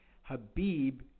Habib